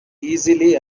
easily